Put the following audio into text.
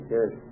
Yes